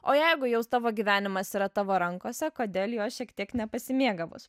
o jeigu jau tavo gyvenimas yra tavo rankose kodėl juo šiek tiek nepasimėgavus